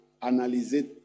analyser